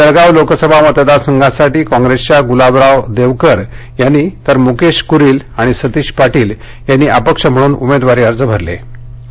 जळगाव लोकसभा मतदार संघासाठी काँग्रेसच्या गुलाबराव देवकर यांनी तर मुकेश कुरील आणि सतीश पाटील यांनी अपक्ष म्हणून उमेदवारी अर्ज दाखल केले